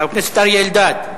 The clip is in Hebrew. חבר הכנסת אריה אלדד,